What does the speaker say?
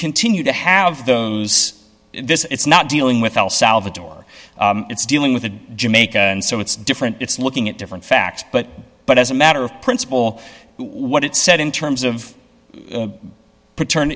continue to have this it's not dealing with el salvador it's dealing with a jamaica and so it's different it's looking at different facts but but as a matter of principle what it said in terms of patern